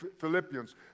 Philippians